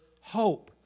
hope